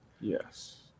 yes